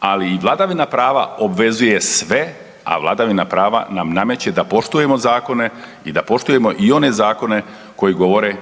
ali i vladavina prava obvezuje sve, a vladavina prava nam nameće da poštujemo zakone i da poštujemo i one zakone koji govore